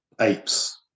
apes